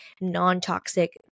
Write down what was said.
non-toxic